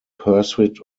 pursuit